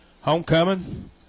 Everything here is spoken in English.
Homecoming